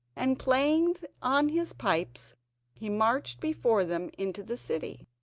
and playing on his pipes he marched before them into the city.